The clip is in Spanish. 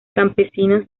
campesinos